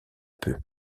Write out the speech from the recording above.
peu